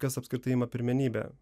kas apskritai ima pirmenybę